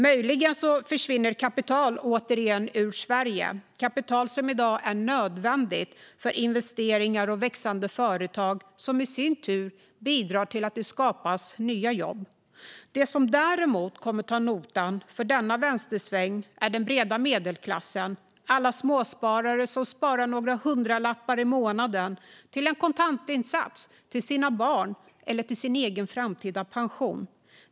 Möjligen försvinner kapital återigen ut ur Sverige - kapital som i dag är nödvändigt för investeringar och växande företag, som i sin tur bidrar till att det skapas nya jobb. De som däremot kommer att ta notan för denna vänstersväng är den breda medelklassen. Det är alla småsparare som sparar några hundralappar i månaden till en kontantinsats, till sina barn eller sin egen framtida pension.